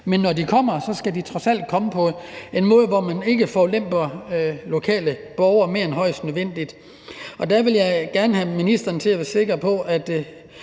men når de kommer, skal de trods alt komme på en måde, hvor man ikke forulemper lokale borgere mere end højst nødvendigt. Der vil jeg gerne have ministeren til at give en